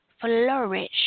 flourish